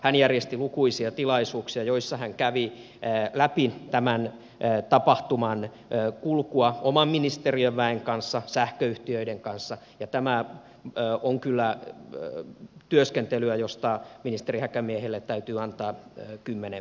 hän järjesti lukuisia tilaisuuksia joissa hän kävi läpi tämän tapahtuman kulkua oman ministeriön väen kanssa sähköyhtiöiden kanssa ja tämä on kyllä työskentelyä josta ministeri häkämiehelle täytyy antaa kymmenen plus